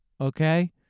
okay